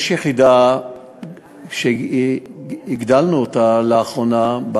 יש יחידה שהגדלנו לאחרונה,